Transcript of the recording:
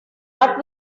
but